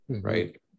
right